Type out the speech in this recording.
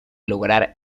lograr